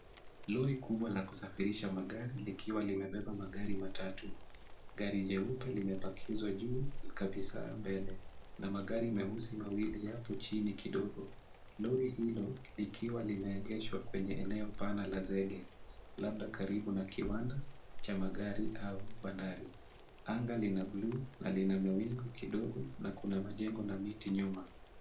Lori kubwa la kusafirisha magari likiwa limebeba magari matatu, gari jeupe limepakizwa juu kabisa mbele na magari meusi mawili yapo chini kidogo .Lori hilo likiwa limeegeshwa kwenye eneo pana la zege labda karibu na kiwanda cha magari au bandari. Anga ni la bluu na lina mawingu kidogo na kuna majengo na miti nyuma.